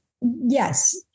Yes